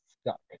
stuck